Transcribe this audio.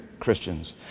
Christians